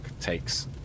takes